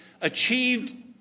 achieved